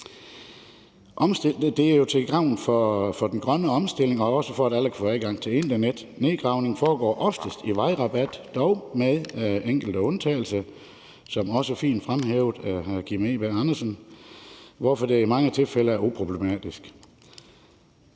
Det er jo til gavn for den grønne omstilling og også for, at alle kan få adgang til internet. Nedgravningen foregår oftest i vejrabatten, dog med enkelte undtagelser, som også blev fint fremhævet af hr. Kim Edberg Andersen, hvorfor det i mange tilfælde er uproblematisk.